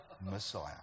Messiah